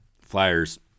Flyers